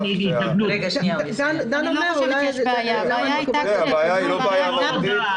זו לא בעיה מהותית.